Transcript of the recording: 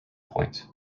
point